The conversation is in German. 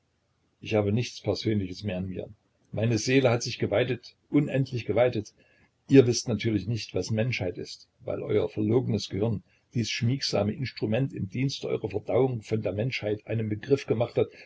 ich habe nichts persönliches mehr an mir meine seele hat sich geweitet unendlich geweitet ihr wißt natürlich nicht was menschheit ist weil euer verlogenes gehirn dies schmiegsame instrument im dienste eurer verdauung von der menschheit einen begriff gemacht hat